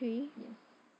yes